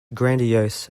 grandiose